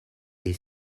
est